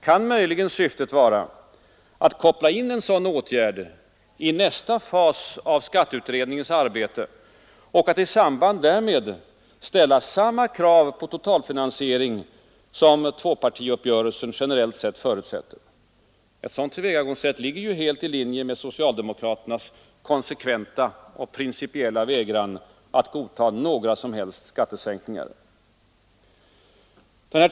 Kan möjligen syftet vara att koppla in en sådan åtgärd i nästa fas av skatteutredningens arbete och att i samband därmed ställa samma krav på totalfinansiering som tvåpartiuppgörelsen generellt förutsätter? Ett sådant tillvägagångssätt ligger helt i linje med socialdemokratins konsekventa och principiella vägran att godtaga några som helst skattesänkningar.